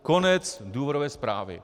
Konec důvodové zprávy.